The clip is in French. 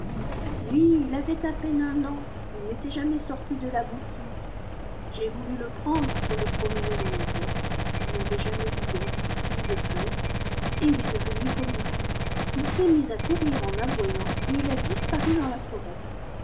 oui ii avait à peine un an ii n'était jamais sorti de la boutique j'ai voulu le prendre pour le promener dans les bois n'avait jamais vu d'herbes ni de feuilles et il est devenu comme fou il s'est mis à courir en aboyant et il a disparu dans la foret